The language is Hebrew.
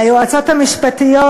ליועצות המשפטיות,